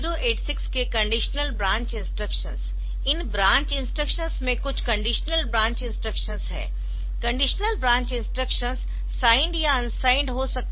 8086 के conditional branch instructions इन branch instructions मे कुछ कंडीशनल ब्रांच इंस्ट्रक्शंस है कंडीशनल ब्रांच इंस्ट्रक्शंस साइंड या अनसाइंड हो सकते है